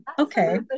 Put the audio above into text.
okay